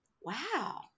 Wow